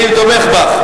אני תומך בך,